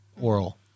oral